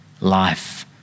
life